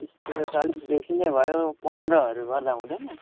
बिस रुपियाँ त अलिक बेसी नै भयो पन्ध्रहरू गर्दा हुँदैन